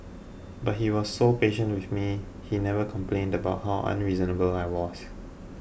but he was so patient with me he never complained about how unreasonable I was